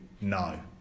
no